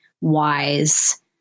wise